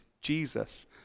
Jesus